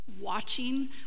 watching